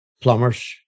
plumbers